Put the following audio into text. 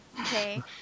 Okay